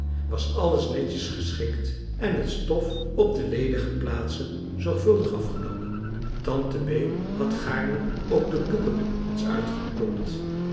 was alles netjes geschikt en het stof op de ledige plaatsen zorgvuldig afgenomen tante bee had gaarne ook de boeken eens uitgeklopt